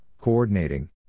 coordinating